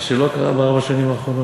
מה שלא קרה בארבע השנים האחרונות.